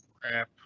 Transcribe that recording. crap